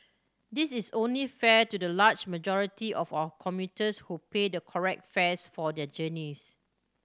this is only fair to the large majority of our commuters who pay the correct fares for their journeys